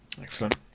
excellent